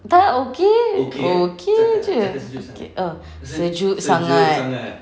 tak okay okay jer okay oh sejuk sangat